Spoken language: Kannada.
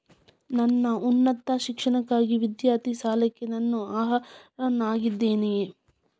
ನನ್ನ ಉನ್ನತ ಶಿಕ್ಷಣಕ್ಕಾಗಿ ವಿದ್ಯಾರ್ಥಿ ಸಾಲಕ್ಕೆ ನಾನು ಅರ್ಹನಾಗಿದ್ದೇನೆಯೇ?